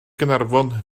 gaernarfon